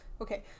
Okay